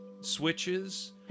switches